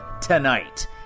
tonight